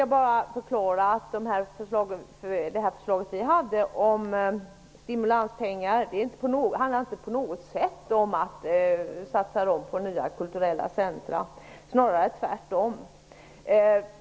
Men det förslag som vi har lagt fram och som gäller stimulanspengar handlar alls inte om att resurser skall satsas på nya kulturella centrum, snarare tvärtom.